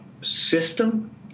system